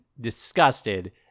disgusted